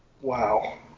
Wow